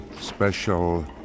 special